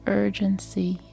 urgency